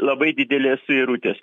labai didelės suirutės